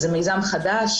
זה מיזם חדש,